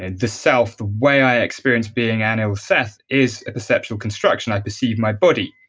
and the self, the way i experience being anil seth is a perceptual construction. i perceive my body